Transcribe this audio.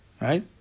Right